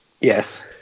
Yes